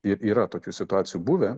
i yra tokių situacijų buvę